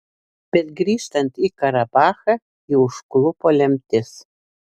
bet grįžtant į karabachą jį užklupo lemtis